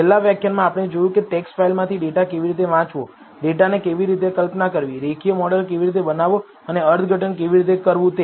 છેલ્લા વ્યાખ્યાનમાં આપણે જોયું કે ટેક્સ્ટ ફાઇલમાંથી ડેટા કેવી રીતે વાંચવો ડેટાને કેવી રીતે કલ્પના કરવી રેખીય મોડેલ કેવી રીતે બનાવવો અને અર્થઘટન કેવી રીતે કરવું તે